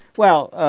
well